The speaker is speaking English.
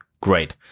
Great